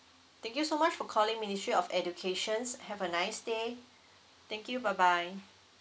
thank you so much for calling ministry of education have a nice day thank you bye bye